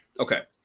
okay,